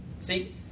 See